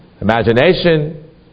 imagination